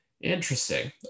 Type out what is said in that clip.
Interesting